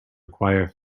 acquire